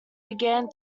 began